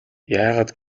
яагаад